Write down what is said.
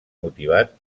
motivat